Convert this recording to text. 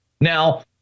now